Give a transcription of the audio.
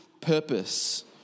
purpose